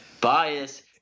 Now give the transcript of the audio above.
Bias